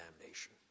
damnation